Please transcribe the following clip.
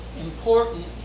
important